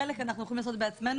חלק אנחנו יכולים לעשות בעצמנו,